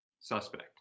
suspect